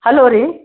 hello ರೀ